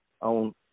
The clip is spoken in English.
on